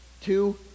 Two